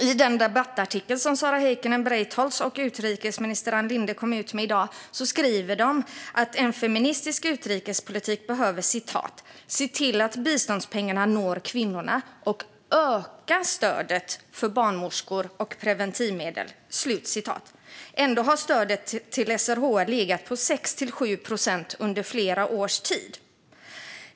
I den debattartikel som Sara Heikkinen Breitholtz och utrikesminister Ann Linde kom med i dag skriver de att en feministisk utrikespolitik behöver "se till att biståndspengarna når kvinnorna och öka stödet för barnmorskor och preventivmedel". Ändå har stödet till SRHR legat på 6-7 procent under flera års tid.